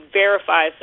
verify